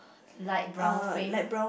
light brown frame